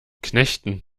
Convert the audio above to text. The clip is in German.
knechten